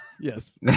Yes